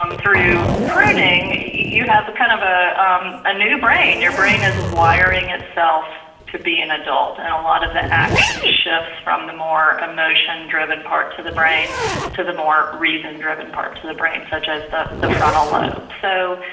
um through burning, you have the kind of ah um a new brain, your brain is wiring itself to be an adult, and a lot of the action shifts from the more emotion driven parts to the brain to the more reason driven part to the brain such as the the frontal lobe so,